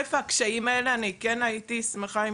חרף הקשיים האלה כן הייתי שמחה אם